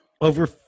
over